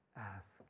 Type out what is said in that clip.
Ask